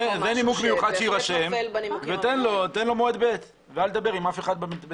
זה נימוק מיוחד שיירשם ותן לו מועד ב' ובינתיים אל תדבר עם אף אחד.